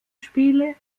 spiele